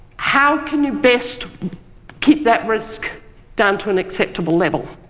how can you best keep that risk down to an acceptable level?